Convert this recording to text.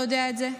ואתה יודע את זה,